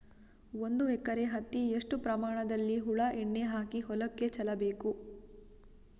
ಒಂದು ಎಕರೆ ಹತ್ತಿ ಎಷ್ಟು ಪ್ರಮಾಣದಲ್ಲಿ ಹುಳ ಎಣ್ಣೆ ಹಾಕಿ ಹೊಲಕ್ಕೆ ಚಲಬೇಕು?